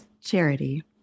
Charity